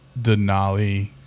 denali